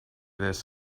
this